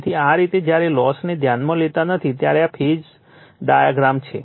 તેથી આ રીતે જ્યારે લોસને ધ્યાનમાં લેતા નથી ત્યારે આ ફેઝર ડાયાગ્રામ છે